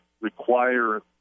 require